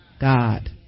God